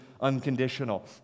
unconditional